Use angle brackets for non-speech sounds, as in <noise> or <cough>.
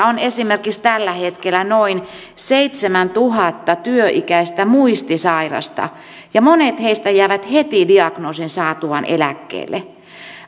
<unintelligible> on esimerkiksi tällä hetkellä noin seitsemäntuhatta työikäistä muistisairasta ja monet heistä jäävät heti diagnoosin saatuaan eläkkeelle